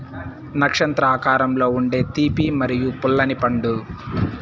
నక్షత్రం ఆకారంలో ఉండే తీపి మరియు పుల్లని పండు